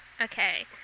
Okay